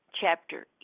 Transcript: chapter